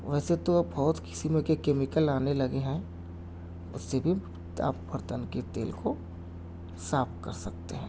ویسے تو بہت قسم کے کیمیکل آنے لگے ہیں اس سے بھی آپ برتن کے تیل کو صاف کر سکتے ہیں